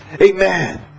Amen